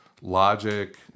logic